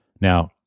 Now